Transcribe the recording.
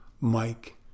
Mike